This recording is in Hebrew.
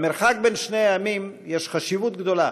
למרחק בין שני הימים יש חשיבות גדולה,